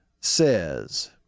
says